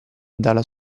dalla